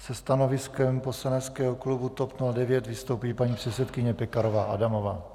Se stanoviskem poslaneckého klubu TOP 09 vystoupí paní předsedkyně Pekarová Adamová.